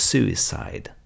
Suicide